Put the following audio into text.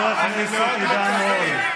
קג"ב.